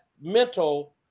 mental